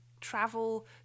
travel